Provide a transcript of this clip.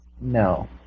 No